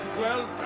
well